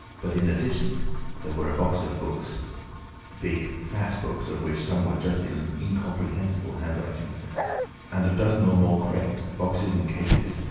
but in addition there were a box of books big, fat books, of which some were just in an incomprehensible handwriting and a dozen or more crates, boxes, and cases,